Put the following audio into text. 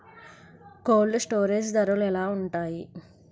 Cold storage ధరలు ఎలా ఉంటాయి?